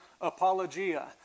apologia